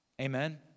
amen